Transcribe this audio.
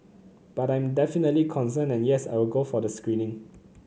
but I'm definitely concerned and yes I will go for the screening